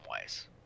ways